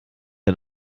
nur